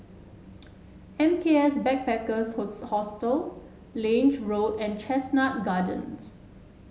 M K S Backpackers Hostel Lange Road and Chestnut Gardens